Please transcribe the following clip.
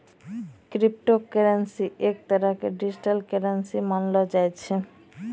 crypto currency एक तरह के डिजिटल करन्सी मानलो जाय छै